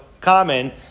common